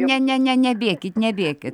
ne ne ne ne ne nebėkit nebėkit